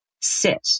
Sit